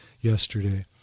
yesterday